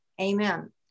Amen